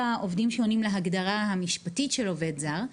העובדים שעונים להגדרה המשפטית של עובד זר,